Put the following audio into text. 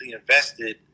invested